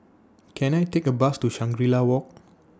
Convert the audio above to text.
Can I Take A Bus to Shangri La Walk